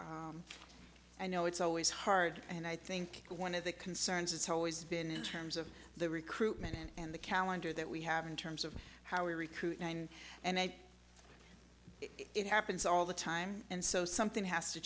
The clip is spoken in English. i know it's always hard and i think one of the concerns it's always been in terms of the recruitment and the calendar that we have in terms of how we recruit nine and it happens all the time and so something has to